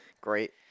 Great